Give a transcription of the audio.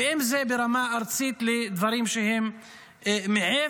ואם זה ברמה ארצית בדברים שהם מעבר